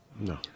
no